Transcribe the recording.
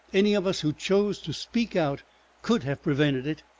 any of us who chose to speak out could have prevented it.